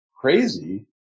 crazy